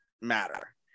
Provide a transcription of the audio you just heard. matter